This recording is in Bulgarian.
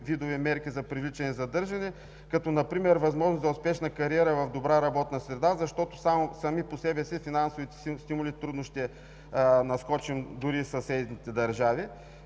видове мерки за привличане и задържане, като например възможност за успешна кариера в добра работна среда, защото сами по себе си финансовите стимули трудно ще надскочат дори съседните държави.